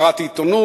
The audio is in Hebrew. קראתי עיתונות,